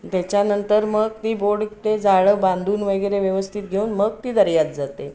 त्याच्यानंतर मग ती बोट ते जाळं बांधून वगैरे व्यवस्थित घेऊन मग ती दर्यात जाते